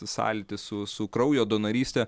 sąlytis su su kraujo donoryste